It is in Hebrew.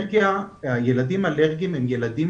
הילדים האלרגיים הם ילדים